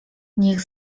niech